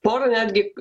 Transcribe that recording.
pora netgi